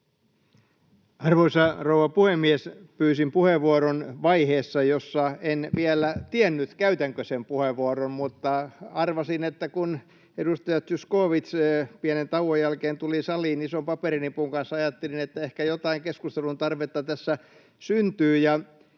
Arvoisa rouva puhemies! Pyysin puheenvuoron vaiheessa, jossa en vielä tiennyt, käytänkö sen puheenvuoron, mutta kun edustaja Zyskowicz pienen tauon jälkeen tuli saliin ison paperinipun kanssa, ajattelin, että ehkä jotain keskustelun tarvetta tässä syntyy.